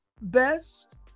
best